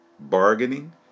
bargaining